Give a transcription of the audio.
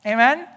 Amen